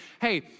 hey